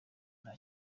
nta